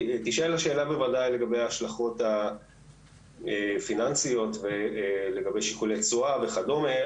תשאל השאלה בוודאי לגבי ההשלכות הפיננסיות ולגבי שיקולי תשואה וכדומה,